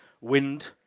wind